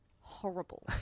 horrible